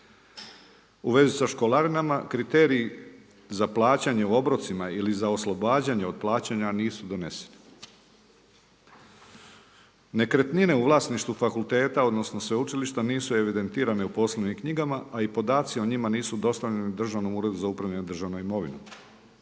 U vezi sa školarinama kriteriji za plaćanje u obrocima ili za oslobađanje od plaćanja nisu doneseni. Nekretnine u vlasništvu fakulteta odnosno sveučilišta nisu evidentirane u poslovnim knjigama, a i podaci o njima nisu dostavljeni Državnom uredu za upravljanje držanom imovinom.